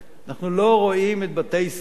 אנחנו לא רואים את בתי ישראל,